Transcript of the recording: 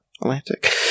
Atlantic